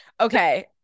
okay